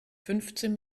fünfzehn